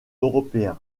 européen